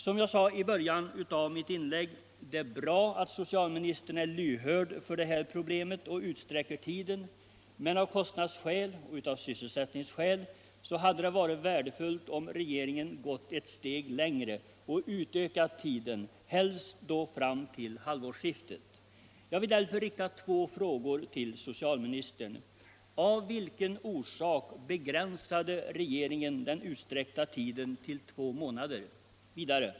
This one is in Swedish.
Som jag sade i början av mitt inlägg är det bra att socialministern är lyhörd för det här problemet och utsträcker tiden, men av kostnadsskäl och av sysselsättningsskäl hade det varit värdefullt om regeringen gåtl ett steg längre och utökat tiden, helst då fram till halvårsskiftet. Jag vill därför rikta två frågor till socialministern: 2.